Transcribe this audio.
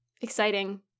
exciting